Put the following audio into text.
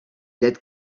that